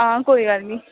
आं कोई गल्ल नीं